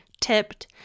tipped